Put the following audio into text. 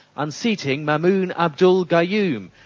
unseating maumoon abdul gayoom,